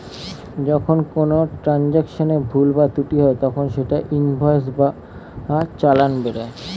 যখন কোনো ট্রান্জাকশনে ভুল বা ত্রুটি হয় তখন একটা ইনভয়েস বা চালান বেরোয়